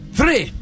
Three